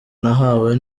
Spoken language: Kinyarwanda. nahawe